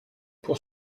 pour